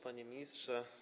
Panie Ministrze!